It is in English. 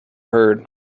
heard